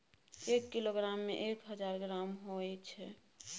एक किलोग्राम में एक हजार ग्राम होय छै